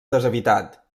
deshabitat